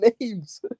names